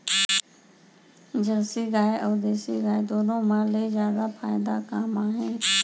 Jersey गाय अऊ देसी गाय दूनो मा ले जादा फायदा का मा हे?